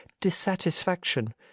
dissatisfaction